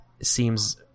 seems